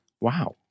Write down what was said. Wow